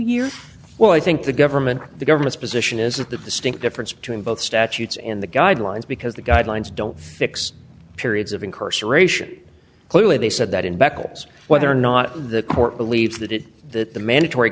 year well i think the government the government's position is that the distinct difference between both statutes and the guidelines because the guidelines don't fix periods of incarceration clearly they said that in beccles whether or not the court believes that it that the mandatory